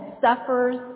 suffers